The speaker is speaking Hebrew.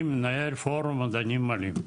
אני מנהל פורום מדענים עולים,